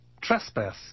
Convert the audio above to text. trespass